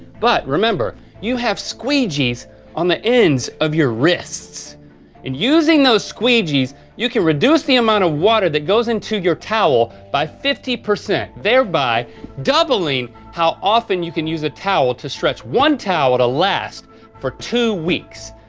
but remember you have squeegees on the ends of your wrists and using those squeegees, you can reduce the amount of water that goes into your towel by fifty, thereby doubling how often you can use a towel to stretch one towel to last for two weeks,